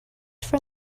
for